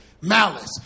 malice